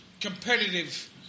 competitive